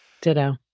Ditto